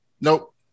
Nope